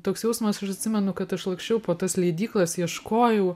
toks jausmasaš atsimenu kad aš laksčiau po tas leidyklos ieškojau